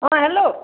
অঁ হেল্ল'